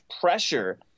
pressure